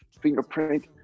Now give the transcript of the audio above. fingerprint